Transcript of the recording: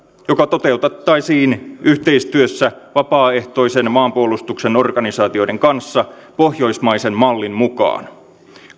joka toteutettaisiin yhteistyössä vapaaehtoisen maanpuolustuksen organisaatioiden kanssa pohjoismaisen mallin mukaan